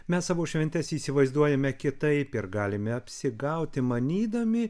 mes savo šventes įsivaizduojame kitaip ir galime apsigauti manydami